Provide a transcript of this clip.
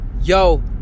Yo